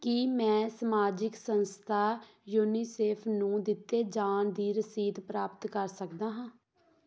ਕੀ ਮੈਂ ਸਮਾਜਿਕ ਸੰਸਥਾ ਯੂਨੀਸੇਫ ਨੂੰ ਦਿੱਤੇ ਜਾਣ ਦੀ ਰਸੀਦ ਪ੍ਰਾਪਤ ਕਰ ਸਕਦਾ ਹਾਂ